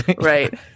Right